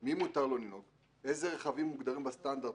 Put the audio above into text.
איזה רכבים מותרים בסטנדרט,